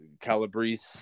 calabrese